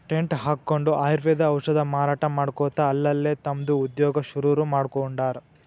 tent ಹಕ್ಕೊಂಡ್ ಆಯುರ್ವೇದ ಔಷಧ ಮಾರಾಟಾ ಮಾಡ್ಕೊತ ಅಲ್ಲಲ್ಲೇ ತಮ್ದ ಉದ್ಯೋಗಾ ಶುರುರುಮಾಡ್ಕೊಂಡಾರ್